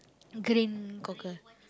green cockle